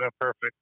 perfect